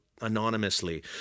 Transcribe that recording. anonymously